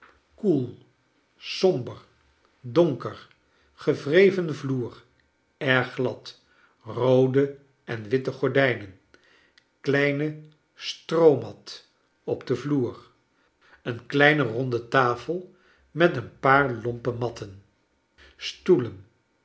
koel somber donker gewreven vloer erg glad roode en witte gordijnen kleine stroomat op den vloer een kleine ronde tafel met een paax lompe mat ten stoelen